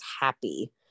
happy